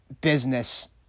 business